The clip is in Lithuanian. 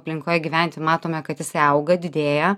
aplinkoje gyventi matome kad jisai auga didėja